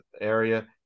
area